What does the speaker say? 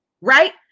right